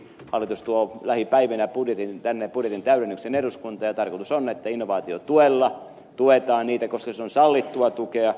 hallitus tuo lähipäivinä budjetin täydennyksen eduskuntaan ja tarkoitus on että innovaatiotuella tuetaan niitä yrityksiä koska se on sallittua tukea